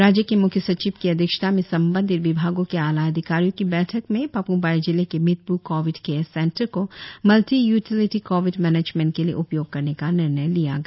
राज्य के म्ख्यसचिव की अध्यक्षता में संबंधित विभागो के आलाधिकारीयों की बैठक में पाप्मपारे जिले के मिदप् कोविड केयर सेंटर को मल्टी यूटिलिटी कोविड मेनेजमेंट के लिए उपयोग करने का निर्णय लिया गया